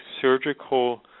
surgical